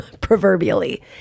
proverbially